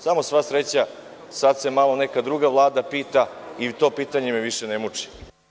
Samo, sva sreća, sada se malo neka druga Vlada pita i to pitanje me više ne muči.